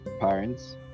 parents